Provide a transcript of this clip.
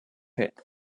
hit